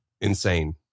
insane